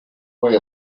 way